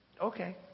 Okay